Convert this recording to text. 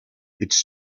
its